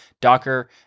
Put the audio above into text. Docker